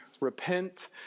repent